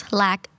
lack